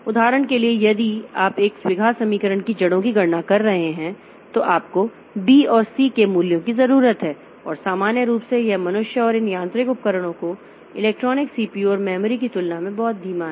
उदाहरण के लिए यदि आप एक द्विघात समीकरण की जड़ों की गणना कर रहे हैं तो आपको बी और सी के मूल्यों की जरूरत है और सामान्य रूप से यह मनुष्य और इन यांत्रिक उपकरणों को इलेक्ट्रॉनिक सीपीयू और मेमोरी की तुलना में बहुत धीमा है